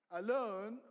alone